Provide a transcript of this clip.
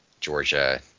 Georgia